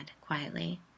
quietly